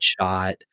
shot